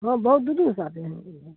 हाँ बहुत दूर दूर से आते हैं इधर